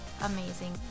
amazing